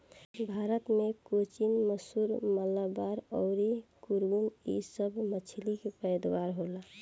भारत मे कोचीन, मैसूर, मलाबार अउर कुर्ग इ सभ मछली के पैदावार होला